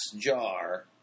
jar